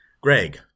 Greg